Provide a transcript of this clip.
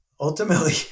ultimately